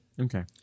Okay